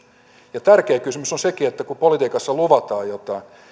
ja tärkeä kysymys on sekin että kun politiikassa luvataan jotain